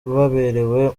baberewe